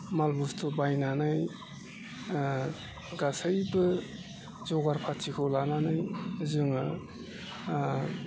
माल बुस्थु बायनानै गासैबो जगार फाथिखौ लानानै जोङो